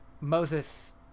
Moses